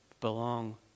Belong